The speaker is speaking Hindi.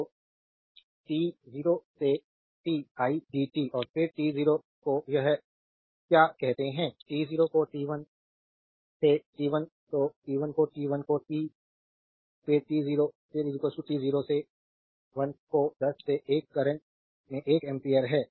तो t 0 से t idt और फिर t 0 को यह क्या कहते हैं t 0 को t 1 से t 1 तो t 1 को t 1 को t और फिर 0 से 1 को दस से 1 करेंट में एक एम्पियर है